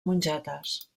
mongetes